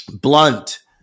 blunt